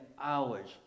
hours